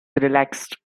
relaxed